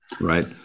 Right